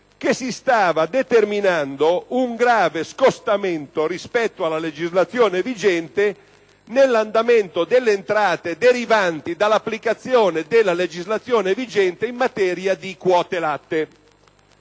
che si stava determinando un grave scostamento rispetto alla legislazione vigente nell'andamento delle entrate derivanti dall'applicazione della legislazione vigente stessa in materia di quote latte.